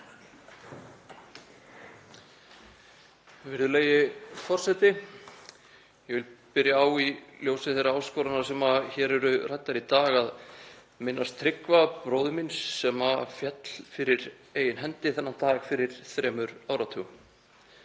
Virðulegi forseti. Ég vil byrja á, í ljósi þeirra áskorana sem hér eru ræddar í dag, að minnast Tryggva bróður míns sem féll fyrir eigin hendi þennan dag fyrir þremur áratugum.